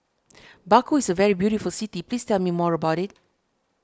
Baku is a very beautiful city please tell me more about it